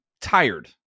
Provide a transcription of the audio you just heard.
tired